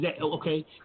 okay